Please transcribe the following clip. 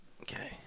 Okay